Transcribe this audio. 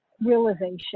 realization